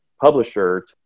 publisher